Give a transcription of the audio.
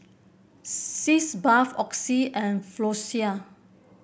Sitz Bath Oxy and Floxia